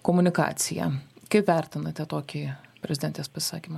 komunikaciją kaip vertinate tokį prezidentės pasisakymą